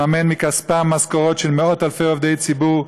לממן מכספם משכורות של מאות-אלפי עובדי ציבור,